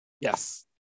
yes